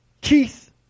Keith